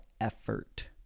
effort